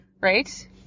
Right